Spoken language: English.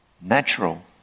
natural